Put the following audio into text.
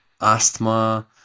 asthma